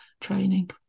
training